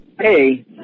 Hey